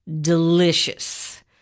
delicious